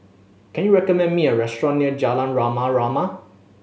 can you recommend me a restaurant near Jalan Rama Rama